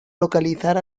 localizar